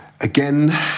again